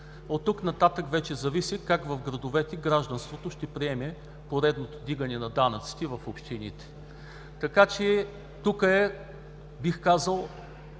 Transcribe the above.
От тук нататък вече зависи как в градовете гражданството ще приеме поредното вдигане на данъците в общините. Така че тук е, бих казал,